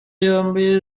yombi